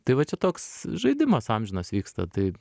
tai va čia toks žaidimas amžinas vyksta tai